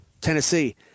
Tennessee